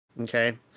Okay